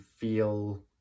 feel